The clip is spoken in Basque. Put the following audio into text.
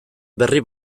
berri